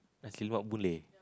nasi-lemak Boon-Lay